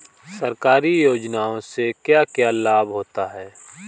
सरकारी योजनाओं से क्या क्या लाभ होता है?